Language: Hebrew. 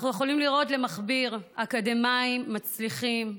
אנחנו יכולים לראות אקדמאים מצליחים למכביר,